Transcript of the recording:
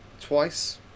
twice